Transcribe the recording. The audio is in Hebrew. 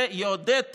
זה יעודד טרור.